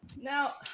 Now